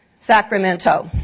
Sacramento